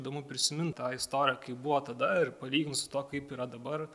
įdomu prisiminti tą istoriją kaip buvo tada ir palyginus su tuo kaip yra dabar